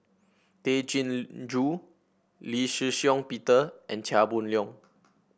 Tay Chin Joo Lee Shih Shiong Peter and Chia Boon Leong